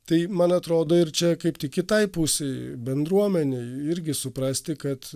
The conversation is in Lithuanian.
tai man atrodo ir čia kaip tik kitai pusei bendruomenei irgi suprasti kad